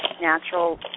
natural